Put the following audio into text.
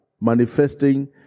manifesting